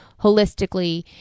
holistically